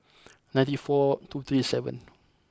ninety four two three seven